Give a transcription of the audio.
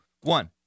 one